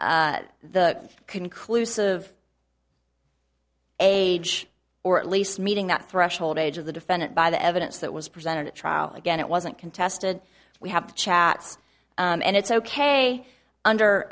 the conclusive age or at least meeting that threshold age of the defendant by the evidence that was presented at trial again it wasn't contested we have chats and it's ok under